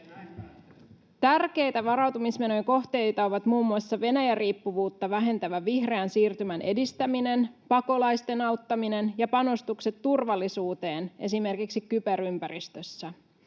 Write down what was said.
Tärkeitä varautumismenojen kohteita ovat muun muassa Venäjä-riippuvuutta vähentävä vihreän siirtymän edistäminen, pakolaisten auttaminen ja panostukset turvallisuuteen esimerkiksi kyberympäristössä.